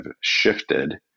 shifted